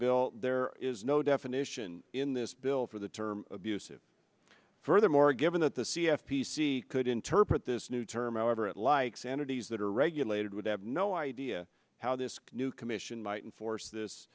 bill there is no definition in this bill for the term abusive furthermore given that the c f p c could interpret this new term however it likes entities that are regulated would have no idea how this new commission might force this